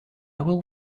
will